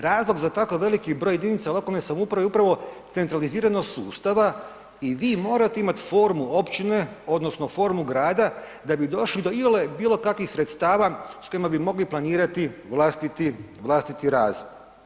Razlog za tako veliki broj jedinica lokalne samouprave je upravo centraliziranost sustava i vi morate imati formu općine odnosno formu grada da bi došli do iole bilo kakvih sredstava s kojima bi mogli planirati vlastiti, vlastiti razvoj.